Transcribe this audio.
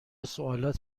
سوالات